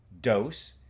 Dose